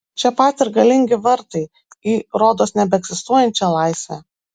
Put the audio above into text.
čia pat ir galingi vartai į rodos nebeegzistuojančią laisvę